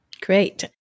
Great